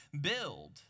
build